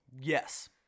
Yes